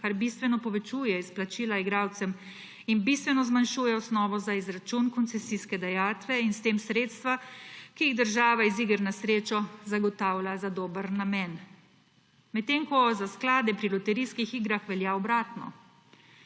kar bistveno povečuje izplačila igralcem in bistveno zmanjšuje osnovo za izračun koncesijske dajatve in s tem sredstva, ki jih država iz iger na srečo zagotavlja za dober namen. Medtem ko za sklade pri loterijskih igrah velja obratno.